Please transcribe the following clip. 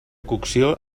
cocció